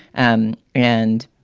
and and,